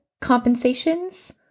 compensations